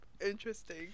Interesting